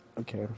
Okay